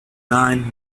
nine